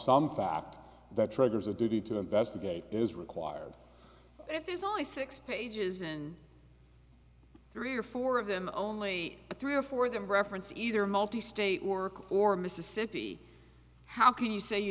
some fact that triggers a duty to investigate is required if there's only six pages and three or four of them only three or four of them reference either multi state work or mississippi how can you say you